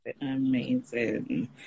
Amazing